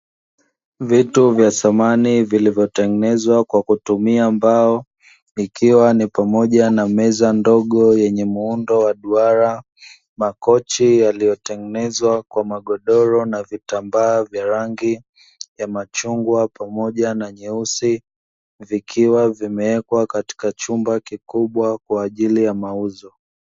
Vitu vya samani vilivyotengenezwa kwa kutumia mbao, ikiwa ni pamoja na meza ndogo yenye muundo wa duara, makochi yaliyotengenezwa kwa magodoro na vitambaa vya rangi ya machungwa pamoja na nyeusi vikiwa vimewekwa katika chumba kikubwa kwaajili ya mauzo.